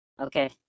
Okay